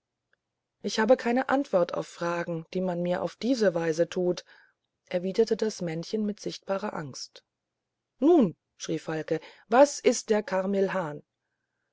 ich gebe keine antwort auf fragen die man mir auf diese weise tut erwiderte das männchen mit sichtbarer angst nun schrie falke was ist der